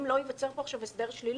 האם לא ייווצר פה עכשיו הסדר שלילי,